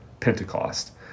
Pentecost